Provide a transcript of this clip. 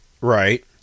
Right